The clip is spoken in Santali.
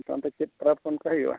ᱟᱪᱪᱷᱟ ᱚᱱᱛᱮ ᱪᱮᱫ ᱯᱟᱨᱟᱵᱽ ᱠᱚ ᱚᱱᱠᱟ ᱦᱩᱭᱩᱜᱼᱟ